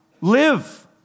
Live